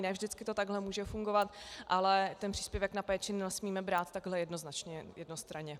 Ne vždycky to takhle může fungovat, ale příspěvek na péči nesmíme brát takhle jednoznačně, jednostranně.